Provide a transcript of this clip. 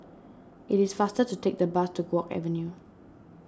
it is faster to take the bus to Guok Avenue